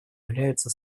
являются